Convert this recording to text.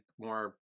more